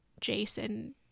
Jason